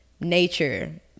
nature